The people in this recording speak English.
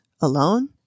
alone